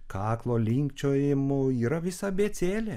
kaklo linkčiojimu yra visa abėcėlė